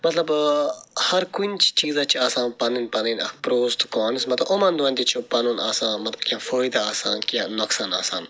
مطلب ٲں ہر کُنہ چیٖزَس چھِ آسان پَنٕنۍ پَنٕنۍ اَکھ پرٛوز تہٕ کونٕز مطلب یِمن دوٚن تہِ چھُ پَنُن اکھ آسان آمُت کیٚنٛہہ فٲیدٕ آسان کیٚنٛہہ نۄقصان آسان